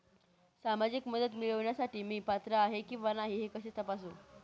सामाजिक मदत मिळविण्यासाठी मी पात्र आहे किंवा नाही हे कसे तपासू?